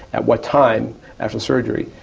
at what time after surgery,